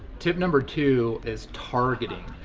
tip number two is targeting.